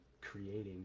creating